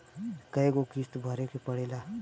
कय गो किस्त भरे के पड़ेला?